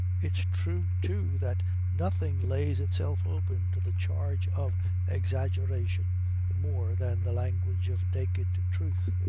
it's true too that nothing lays itself open to the charge of exaggeration more than the language of naked truth.